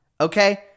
Okay